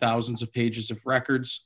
thousands of pages of records